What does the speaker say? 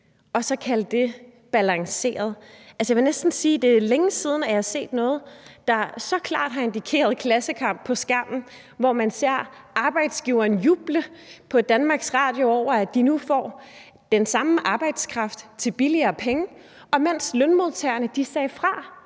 og så kalde det balanceret? Jeg vil sige, at det er længe siden, jeg har set noget på skærmen, der så klart har indikeret klassekamp. På DR har man set arbejdsgiverne juble over, at de nu får den samme arbejdskraft til billigere penge, mens lønmodtagerne har sagt fra